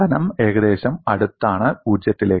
കനം ഏകദേശം അടുത്താണ് പൂജ്യത്തിലേക്ക്